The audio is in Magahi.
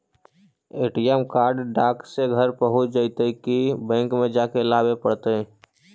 ए.टी.एम कार्ड डाक से घरे पहुँच जईतै कि बैंक में जाके लाबे पड़तै?